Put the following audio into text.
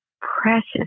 precious